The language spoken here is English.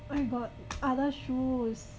I got other shoes